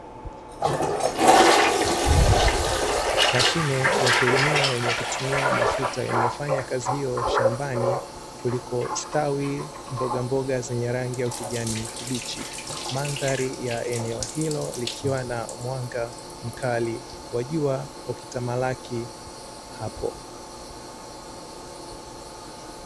Mashine ya kulimia yenye kutumia mafuta inayofanya kazi hiyo shambani kuliko ustawi mboga mboga, zenye rangi ya ukijani kibichi, mandhari ya eneo hilo likiwa na mwanga mkali wa jua ukitamalaki hapo.